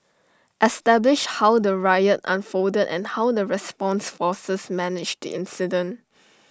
establish how the riot unfolded and how the response forces managed the incident